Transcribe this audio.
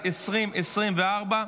שבי, חרבות ברזל), התשפ"ד 2024,